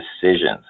decisions